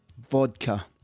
vodka